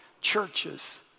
churches